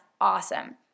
awesome